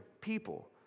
people